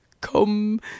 Come